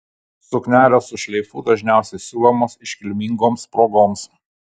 suknelės su šleifu dažniausiai siuvamos iškilmingoms progoms